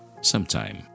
sometime